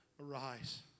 arise